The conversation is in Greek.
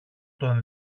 τον